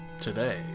today